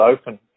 open